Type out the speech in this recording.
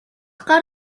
гар